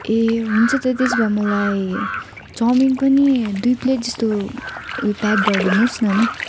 ए हुन्छ त त्यसो भए मलाई चाउमिन पनि दुई प्लेट जस्तो उयो प्याक गरिदिनु होस् न नि